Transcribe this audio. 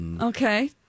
Okay